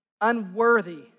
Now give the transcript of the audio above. unworthy